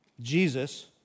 Jesus